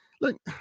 Look